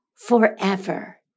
forever